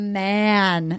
man